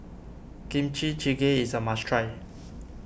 Kimchi Jjigae is a must try